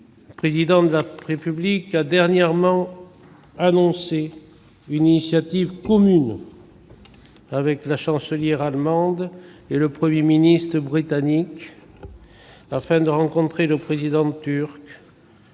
Le Président de la République a dernièrement annoncé une initiative commune avec la Chancelière allemande et le Premier ministre britannique en vue de rencontrer le président turc